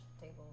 table